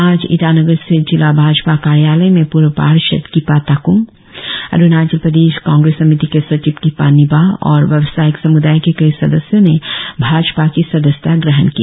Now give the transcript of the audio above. आज ईटानगर स्थित जिला भाजपा कार्यालय में पूर्व पार्षद किपा ताकुंग अरुणाचल प्रदेश कांग्रेस समिति के सचिव किपा निबा और व्यवसायिक समुदाय के कई सदस्यों ने भाजपा की सदस्यता ग्रहण की